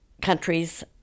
countries